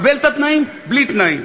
לקבל את התנאים בלי תנאים.